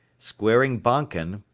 squaring bonken,